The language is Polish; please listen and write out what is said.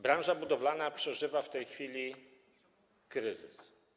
Branża budowlana przeżywa w tej chwili kryzys.